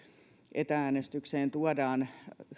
etä äänestykseen tuodaan